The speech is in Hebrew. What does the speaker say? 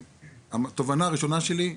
התובנה הראשונה שלי,